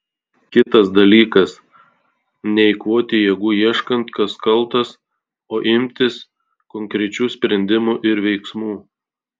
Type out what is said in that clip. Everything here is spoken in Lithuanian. kitas dalykas neeikvoti jėgų ieškant kas kaltas o imtis konkrečių sprendimų ir veiksmų